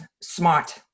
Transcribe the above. smart